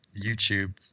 YouTube